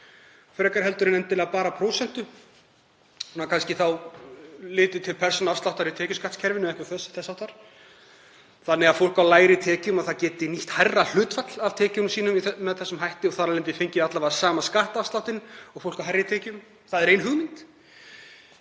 frekar en endilega bara prósentu, kannski litið til persónuafsláttar í tekjuskattskerfinu eða þess háttar, þannig að fólk með lægri tekjur geti nýtt hærra hlutfall af tekjum sínum með þessum hætti og þar af leiðandi fengið alla vega sama skattafslátt og fólk með hærri tekjur. Það er ein hugmynd.